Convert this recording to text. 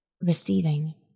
receiving